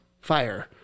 fire